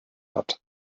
hat